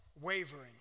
wavering